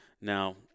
Now